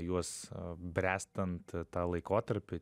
juos bręstant tą laikotarpį